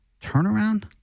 turnaround